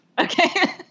Okay